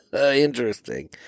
Interesting